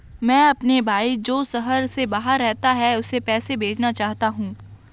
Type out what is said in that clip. मैं अपने भाई जो शहर से बाहर रहता है, उसे पैसे भेजना चाहता हूँ